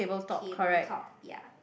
table top ya